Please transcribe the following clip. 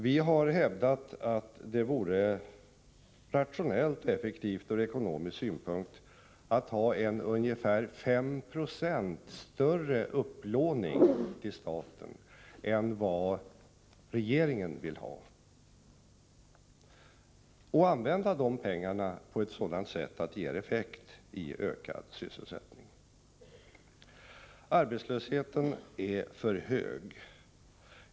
Vi har hävdat att det vore rationellt och effektivt ur ekonomisk synpunkt att ha ungefär 5 90 större upplåning till staten än vad regeringen vill ha, och använda de pengarna på ett sådant sätt att det ger effekt i form av ökad sysselsättning. Arbetslösheten är för hög.